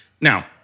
now